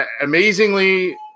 Amazingly